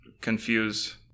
confuse